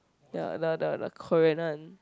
ya the the the Korean one